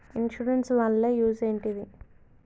Insurance వాళ్ల use ఏంటిది?